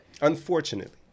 Unfortunately